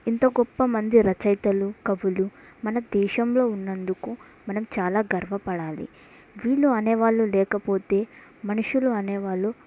ఇంత గొప్ప మంది రచయితలు కవులు మన దేశంలో ఉన్నందుకు మనం చాలా గర్వపడాలి వీళ్ళు అనేవాళ్ళు లేకపోతే మనుషులు అనేవాళ్ళు